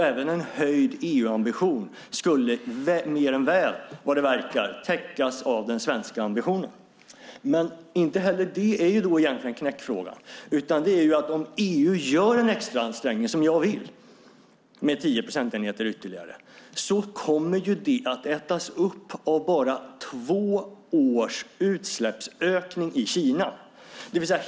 Även en höjd EU-ambition skulle mer än väl, vad det verkar, täckas av den svenska ambitionen. Men inte heller det är egentligen knäckfrågan. Det är att om EU gör en extra ansträngning, som jag vill, med 10 procentenheter ytterligare, kommer det att ätas upp av bara två års utsläppsökning i Kina.